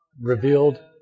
Revealed